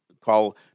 call